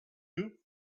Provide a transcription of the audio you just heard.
you